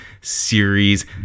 series